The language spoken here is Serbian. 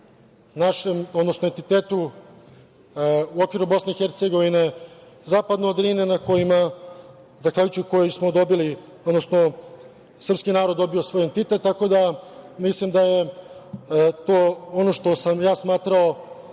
našem, odnosno entitetu u okviru Bosne i Hercegovine, zapadno od Drine, zahvaljujući kojoj smo dobili, odnosno srpski narod dobio svoj entitet, tako da mislim da je to ono što sam ja smatrao